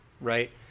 Right